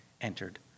entered